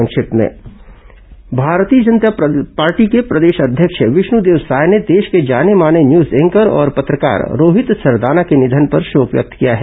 संक्षिप्त समाचार भारतीय जनता पार्टी के प्रदेश अध्यक्ष विष्णुदेव साय ने देश के जाने माने न्यूज एंकर और पत्रकार रोहित सरदाना के निधन पर शोक व्यक्त किया है